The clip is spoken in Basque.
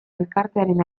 elkartearen